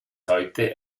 heute